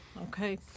Okay